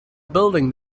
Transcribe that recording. building